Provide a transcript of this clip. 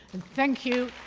and thank you.